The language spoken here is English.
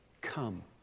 Come